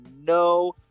no